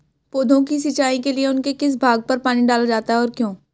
पौधों की सिंचाई के लिए उनके किस भाग पर पानी डाला जाता है और क्यों?